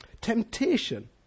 Temptation